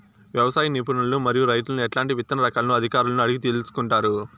వ్యవసాయ నిపుణులను మరియు రైతులను ఎట్లాంటి విత్తన రకాలను అధికారులను అడిగి తెలుసుకొంటారు?